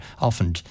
often